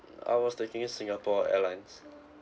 I was taking Singapore Airlines